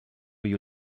you